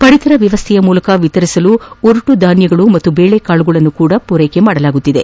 ಪಡಿತರ ವ್ಯವಸ್ಥೆಯ ಮೂಲಕ ವಿತರಿಸಲು ಉರುಟುಧಾನ್ಲಗಳು ಮತ್ತು ಬೇಳೆಕಾಳುಗಳನ್ನು ಸಹ ಪೂರೈಸಲಾಗುತ್ತಿದೆ